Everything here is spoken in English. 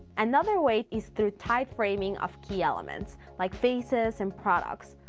another way is through tight framing of key elements, like faces and products.